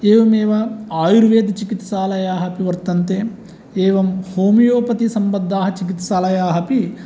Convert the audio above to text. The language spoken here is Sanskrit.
एवमेव आयुर्वेदचिकित्सालयाः अपि वर्तन्ते एवं होमियोपतिसम्बद्धाः चिकित्सालयाः अपि